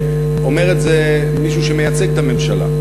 אומר את זה מישהו שמייצג את הממשלה,